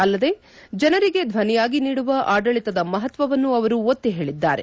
ಅಲ್ಲದೆ ಜನರಿಗೆ ಧ್ವನಿಯಾಗಿ ನೀಡುವ ಆಡಳಿತದ ಮಹತ್ವವನ್ನು ಅವರು ಒತ್ತಿ ಹೇಳಿದ್ದಾರೆ